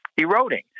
eroding